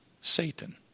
Satan